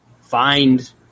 find